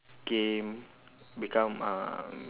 game become um